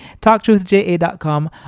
talktruthja.com